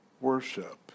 worship